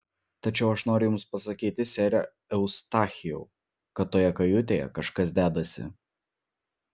tačiau aš noriu jums pasakyti sere eustachijau kad toje kajutėje kažkas dedasi